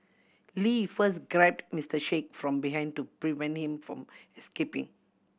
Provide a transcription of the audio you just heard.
Lee first grabbed Mister Sheikh from behind to prevent him from escaping